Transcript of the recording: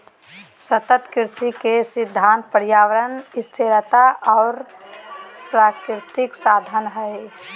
सतत कृषि के सिद्धांत पर्यावरणीय स्थिरता और प्राकृतिक संसाधन हइ